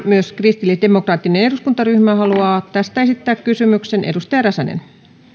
myös kristillisdemokraattinen eduskuntaryhmä haluaa tästä esittää kysymyksen edustaja räsänen